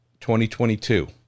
2022